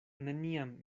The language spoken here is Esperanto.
neniam